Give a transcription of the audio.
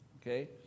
okay